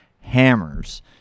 hammers